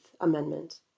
Amendment